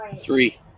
three